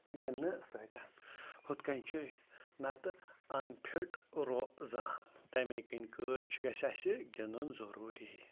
گِنٛدنہٕ سۭتۍ ہُتھ کَنۍ چھِ نَتہٕ اَنفِٹ روزان تَمے کِنۍ کۭژ چھِ گژھِ اَسہِ گِنٛدُن ضٔروٗری